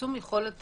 מקסום יכולת